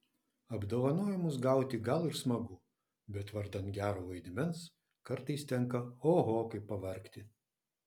apdovanojimus gauti gal ir smagu bet vardan gero vaidmens kartais tenka oho kaip pavargti